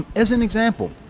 as an example,